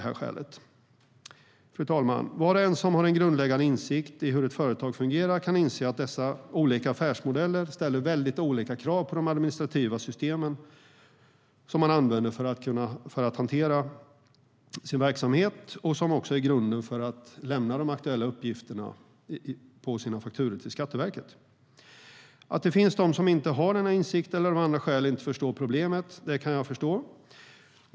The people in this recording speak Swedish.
Fru talman! Var och en som har en grundläggande insikt i hur ett företag fungerar inser att dessa olika affärsmodeller ställer väldigt olika krav på de administrativa systemen för att man ska kunna lämna de aktuella uppgifterna på sina fakturor till Skatteverket. Att det finns de som inte har denna insikt eller av andra skäl inte förstår problemet kan jag förstå.